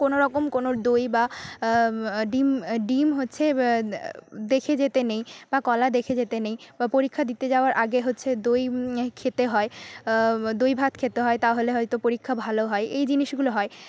কোনোরকম কোনো দই বা আ ডিম ডিম হচ্ছে আ দেখে যেতে নেই বা কলা দেখে যেতে নেই বা পরীক্ষা দিতে যাওয়ার আগে হচ্ছে দই খেতে হয় দইভাত খেতে হয় তাহলে হয়তো পরীক্ষা ভালো হয় এই জিনিসগুলো হয়